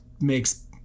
makes